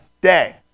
day